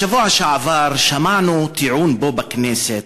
בשבוע שעבר שמענו טיעון פה בכנסת,